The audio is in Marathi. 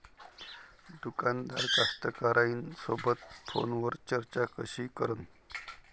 दुकानदार कास्तकाराइसोबत फोनवर चर्चा कशी करन?